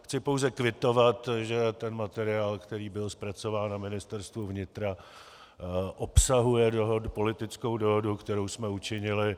Chci pouze kvitovat, že tento materiál, který byl zpracován na Ministerstvu vnitra, obsahuje politickou dohodu, kterou jsme učinili.